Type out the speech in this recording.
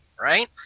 right